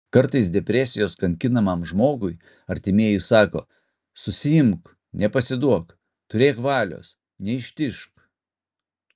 kartais depresijos kankinamam žmogui artimieji sako susiimk nepasiduok turėk valios neištižk